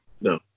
No